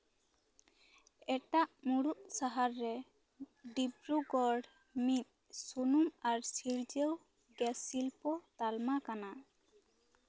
ᱮᱴᱟᱜ ᱢᱩᱬᱩᱫ ᱥᱟᱦᱟᱨᱼᱨᱮ ᱰᱤᱵᱨᱩᱜᱚᱲ ᱢᱤᱫ ᱥᱩᱱᱩᱢ ᱟᱨ ᱥᱤᱨᱡᱟᱹᱣ ᱜᱮᱥ ᱥᱤᱞᱯᱚ ᱛᱟᱞᱢᱟ ᱠᱟᱱᱟ